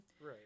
Right